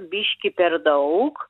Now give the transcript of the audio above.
biškį per daug